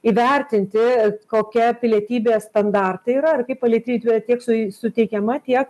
įvertinti kokia pilietybės standartai yra ir kaip palytytių va tiek su suteikiama tiek